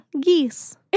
geese